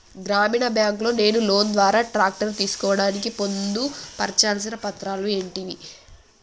గ్రామీణ బ్యాంక్ లో నేను లోన్ ద్వారా ట్రాక్టర్ తీసుకోవడానికి పొందు పర్చాల్సిన పత్రాలు ఏంటివి?